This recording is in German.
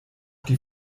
die